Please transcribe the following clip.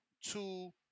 two